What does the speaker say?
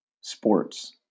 sports